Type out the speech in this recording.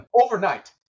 overnight